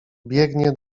biegnie